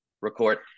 record